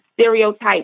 stereotypes